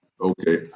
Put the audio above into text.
okay